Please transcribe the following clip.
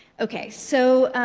ok, so